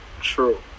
true